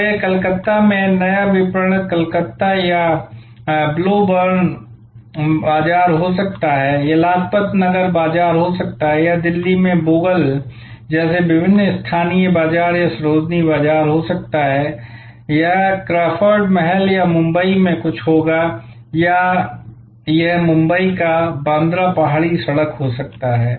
तो यह कलकत्ता में नया विपणन कलकत्ता या बालोगुन बाजार हो सकता है यह लाजपत नगर बाजार हो सकता है या दिल्ली में बोगल जैसे विभिन्न स्थानीय बाजार या सरोजिनी बाजार हो सकता है यह क्रॉफर्ड महल या मुंबई में कुछ होगा या यह मुंबई का बांद्रा पहाड़ी सड़क हो सकता है